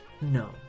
No